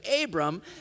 Abram